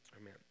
Amen